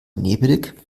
nebelig